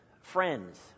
friends